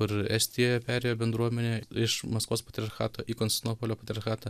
kur estijoje perėjo bendruomenė iš maskvos patriarchato į konstantinopolio patriarchatą